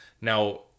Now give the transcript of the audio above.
Now